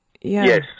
yes